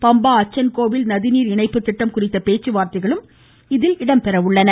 Pamba Achankovil நதிநீர் இணைப்புத் திட்டம் குறித்த பேச்சுவார்தைகளும் இதில் இடம்பெறும்